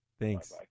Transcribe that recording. thanks